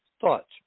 thoughts